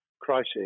crisis